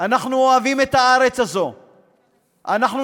אנחנו אוהבים את הארץ הזאת.